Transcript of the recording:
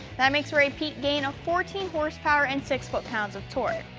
that makes for a peak gain of fourteen horsepower and six foot-pounds of torque.